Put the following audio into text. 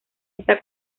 esta